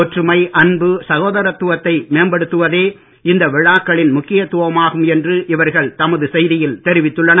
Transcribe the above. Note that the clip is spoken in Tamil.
ஒற்றுமை அன்பு சகோதரத்துவத்தை மேம்படுத்துவதே இந்த விழாக்களின் முக்கியத்துவமாகும் என்று இவர்கள் தமது செய்தியில் தெரிவித்துள்ளனர்